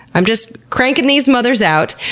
i'm just cranking these mothers out.